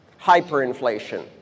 hyperinflation